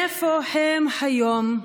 איפה הם היום?